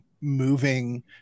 moving